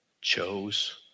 chose